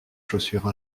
chaussures